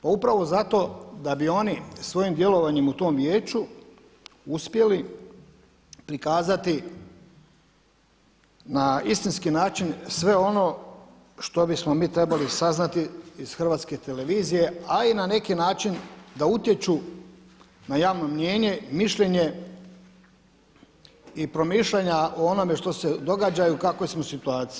Pa upravo zato da bi oni svojim djelovanjem u tom vijeću uspjeli prikazati na istinski način sve ono što bismo mi trebali saznati iz Hrvatske televizije, a i na neki način da utječu na javno mnijenje, mišljenje i promišljanja o onome što se događa i u kakvoj smo situaciji.